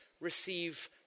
receive